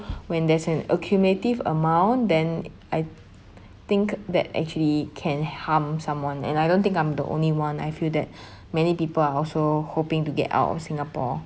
when there's an accumulative amount then I think that actually can harm someone and I don't think I'm the only one I feel that many people are also hoping to get out of singapore